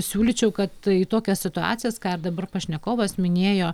siūlyčiau kad į tokias situacijas ką ir dabar pašnekovas minėjo